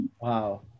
Wow